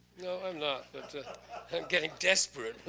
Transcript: no, i'm not, but i'm getting desperate.